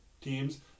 teams